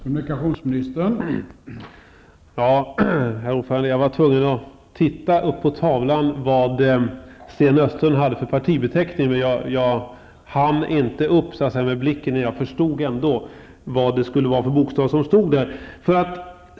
Herr talman! Jag var tvungen att titta upp mot väggtablån för att se efter vilken partibeteckning Sten Östlund har, men jag hann inte upp med blicken. Jag förstod ändå vilken bokstav som stod där.